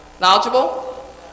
Knowledgeable